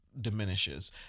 diminishes